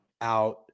out